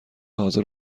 حاضر